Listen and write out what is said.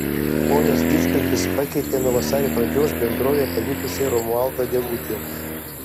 ponas didžgalvis pakeitė nuo vasario pradžios bendrovę palikusį romualdą degutį